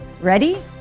Ready